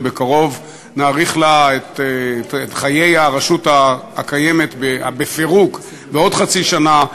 ובקרוב נאריך לה את חיי הרשות הקיימת בפירוק בעוד חצי שנה,